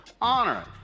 honor